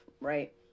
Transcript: right